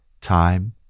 time